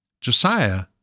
Josiah